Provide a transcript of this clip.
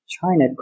China